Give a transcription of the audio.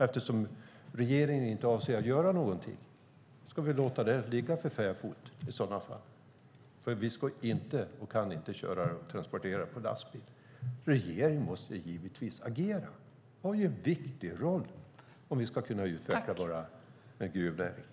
Eftersom regeringen inte avser att göra någonting undrar jag: Ska vi låta det ligga för fäfot i sådana fall? Vi ska ju inte och kan inte transportera detta på lastbil. Regeringen måste givetvis agera. Man har en viktig roll om vi ska kunna utveckla vår gruvnäring.